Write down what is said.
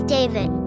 David